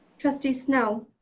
trustee snell.